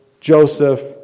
Joseph